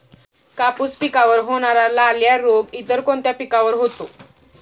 कापूस पिकावर होणारा लाल्या रोग इतर कोणत्या पिकावर होतो?